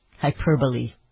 Hyperbole